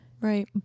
Right